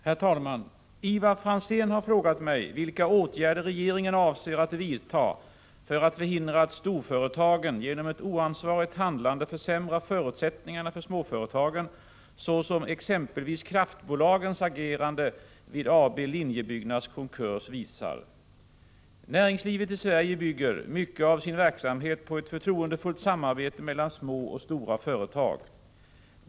Herr talman! Ivar Franzén har frågat mig vilka åtgärder regeringen avser att vidta för att förhindra att storföretagen genom ett oansvarigt handlande, såsom exempelvis kraftbolagens agerande vid AB Linjebyggnads konkurs, försämrar förutsättningarna för småföretagen. Näringslivet i Sverige bygger mycket av sin verksamhet på ett förtroendefullt samarbete mellan små och stora företag.